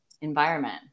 environment